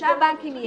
לשלושה בנקים יש.